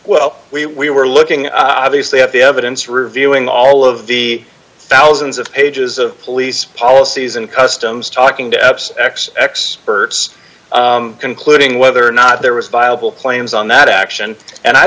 well we we were looking obviously at the evidence reviewing all of the thousands of pages of police policies and customs talking to ups x x births concluding whether or not there was viable claims on that action and i